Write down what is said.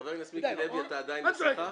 חבר הכנסת מיקי לוי, אתה עדיין בשיחה?